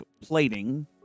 plating